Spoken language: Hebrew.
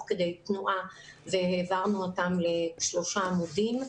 כדי תנועה והעברנו אותם לשלושה עמודים.